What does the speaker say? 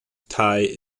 tie